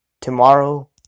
tomorrow